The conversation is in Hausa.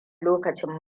lokacin